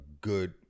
good